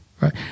Right